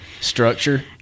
structure